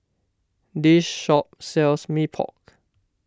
this shop sells Mee Pok